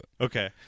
okay